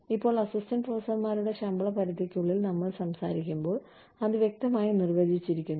ഇപ്പോൾ അസിസ്റ്റന്റ് പ്രൊഫസർമാരുടെ ശമ്പള പരിധിക്കുള്ളിൽ നമ്മൾ സംസാരിക്കുമ്പോൾ അത് വ്യക്തമായി നിർവചിച്ചിരിക്കുന്നു